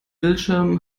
bildschirm